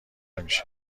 میشه